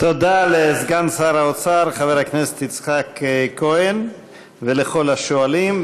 תודה לסגן שר האוצר חבר הכנסת יצחק כהן ולכל השואלים.